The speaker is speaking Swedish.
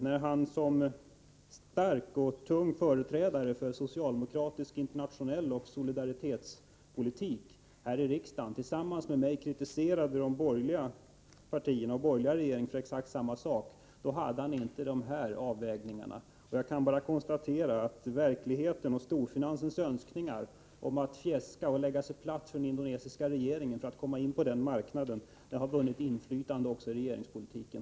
När han som stark och tung företrädare för socialdemokratisk internationell politik och solidaritetspolitik här i riksdagen tillsammans med mig kritiserade de borgerliga partierna och de borgerliga regeringarna för exakt samma sak, då gjorde han inte dessa avvägningar. Jag kan bara konstatera att verkligheten och storfinansens önskningar om att fjäska och lägga sig platt för den indonesiska regeringen, för att komma in på den marknaden, har vunnit inflytande också i regeringspolitiken.